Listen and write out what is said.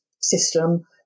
system